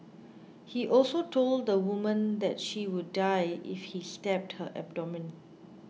he also told the woman that she would die if he stabbed her abdomen